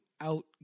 out